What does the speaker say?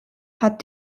hat